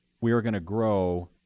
we are going to grow,